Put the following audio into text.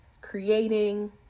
creating